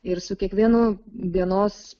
ir su kiekvienu dienos